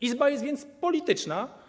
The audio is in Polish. Izba jest więc polityczna.